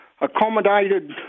accommodated